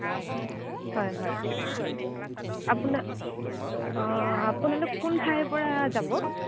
হয় হয় আপোনাৰ আপোনালোক কোন ঠাইৰ পৰা যাব